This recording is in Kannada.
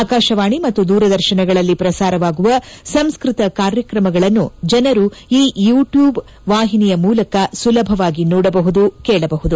ಆಕಾಶವಾಣಿ ಮತ್ತು ದೂರದರ್ಶನಗಳಲ್ಲಿ ಪ್ರಸಾರವಾಗುವ ಸಂಸ್ಕೃತ ಕಾರ್ಯಕ್ರಮಗಳನ್ನು ಜನರು ಈ ಯುಟ್ಯೂಬ್ ವಾಹಿನಿಯ ಮೂಲಕ ಸುಲಭವಾಗಿ ನೋಡಬಹುದು ಕೇಳಬಹುದು